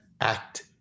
act